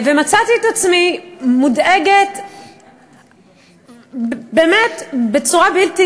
ומצאתי את עצמי מודאגת באמת בצורה בלתי